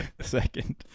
Second